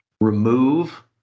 remove